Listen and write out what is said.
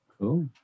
Cool